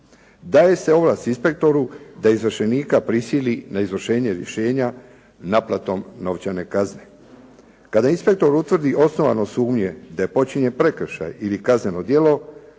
Daje se ovlast inspektoru da izvršenika prisili na izvršenje rješenja naplatom novčane kazne. Kada inspektor utvrdi osnovanost sumnje da je počinjen prekršaj ili kazneno djelo